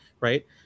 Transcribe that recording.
right